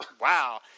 Wow